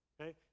okay